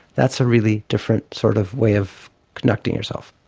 that's a really different sort of way of connecting yourself.